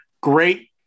great